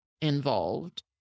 involved